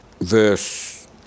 verse